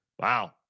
Wow